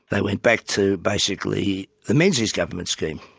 they went back to basically the menzies government scheme,